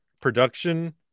Production